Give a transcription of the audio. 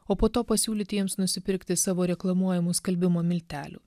o po to pasiūlyti jiems nusipirkti savo reklamuojamus skalbimo miltelių